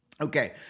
Okay